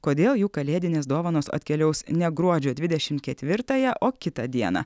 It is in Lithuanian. kodėl jų kalėdinės dovanos atkeliaus ne gruodžio dvidešim ketvirtąją o kitą dieną